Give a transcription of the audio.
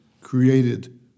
created